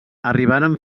arribaren